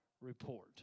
report